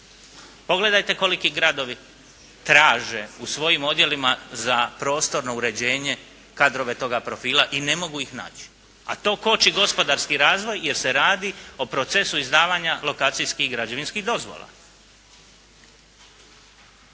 Pogledajte koliki gradovi traže u svojim odjelima za prostorno uređenje kadrove toga profila i ne mogu ih naći, a to koči gospodarski razvoj, jer se radi o procesu izdavanja lokacijskih i građevinskih dozvola.